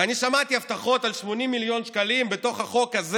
ואני שמעתי הבטחות על 80 מיליון שקלים בתוך החוק הזה.